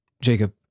Jacob